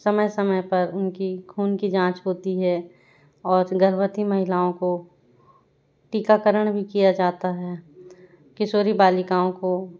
समय समय पर उनकी खून की जाँच होती है और गर्भवती महिलाओं को टीकाकरण भी किया जाता है किशोरी बालिकाओं को